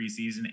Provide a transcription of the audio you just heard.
preseason